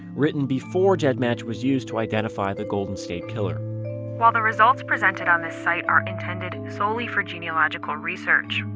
written before gedmatch was used to identify the golden state killer while the results presented on this site are intended solely for genealogical research,